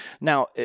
Now